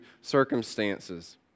circumstances